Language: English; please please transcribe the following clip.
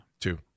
Two